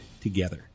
together